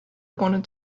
wanted